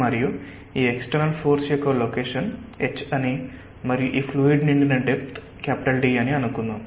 మరియు ఈ external force యొక్క లొకేషన్ H అని మరియు ఈ ఫ్లూయిడ్ నిండిన డెప్త్ D అని అనుకుందాం